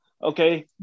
Okay